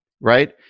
Right